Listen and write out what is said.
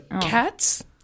Cats